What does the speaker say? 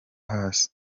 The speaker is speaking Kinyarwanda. hasi